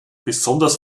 besonders